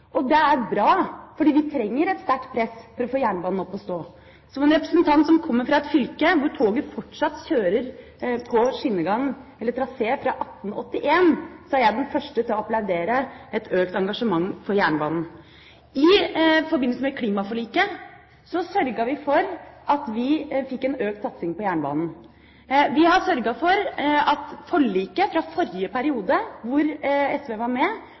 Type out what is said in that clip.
Og det er bra, fordi vi trenger et sterkt press for å få jernbanen opp og stå. Som en representant som kommer fra et fylke hvor toget fortsatt kjører på trasé fra 1881, er jeg den første til å applaudere et økt engasjement for jernbanen. I forbindelse med klimaforliket sørget vi for at vi fikk en økt satsing på jernbanen. Vi har sørget for at forliket fra forrige periode, hvor SV var med,